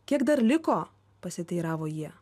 kiek dar liko pasiteiravo jie